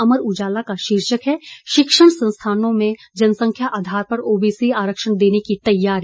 अमर उजाला का शीर्षक है शिक्षण संस्थानों में जनसंख्या आधार पर ओबीसी आरक्षण देने की तैयारी